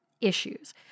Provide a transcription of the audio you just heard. issues